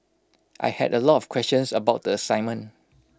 I had A lot of questions about the assignment